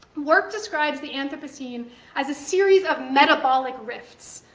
wark describes the anthropocene as a series of metabolic rifts.